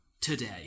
today